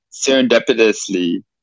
serendipitously